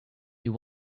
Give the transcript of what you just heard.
you